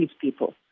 people